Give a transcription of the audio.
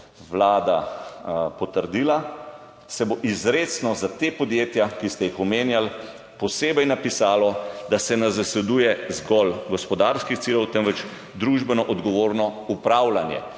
Vlada potrdila, se bo izrecno za ta podjetja, ki ste jih omenjali posebej, napisalo, da se ne zasleduje zgolj gospodarskih ciljev, temveč družbeno odgovorno upravljanje.